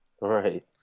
Right